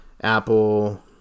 apple